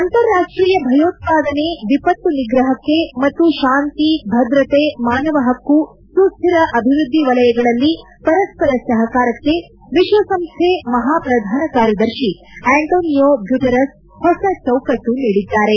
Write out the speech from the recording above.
ಅಂತಾರಾಷ್ಟೀಯ ಭಯೋತ್ಪಾನೆ ವಿಪತ್ತು ನಿಗ್ರಪಕ್ಕೆ ಮತ್ತು ಶಾಂತಿ ಭದ್ರತೆ ಮಾನವ ಪಕ್ಕು ಸುಶ್ಧಿರ ಅಭಿವ್ಯದ್ಧಿ ವಲಯಗಳಲ್ಲಿ ಪರಸ್ಪರ ಸಹಕಾರಕ್ಕೆ ವಿಶ್ವಸಂಸ್ಥೆ ಮಹಾಪ್ರಧಾನ ಕಾರ್ಯದರ್ಶಿ ಆ್ಯಂಟೊನಿಯೋ ಗ್ಯುಟೆರಸ್ ಹೊಸ ಚೌಕಟ್ಟು ನೀಡಿದ್ದಾರೆ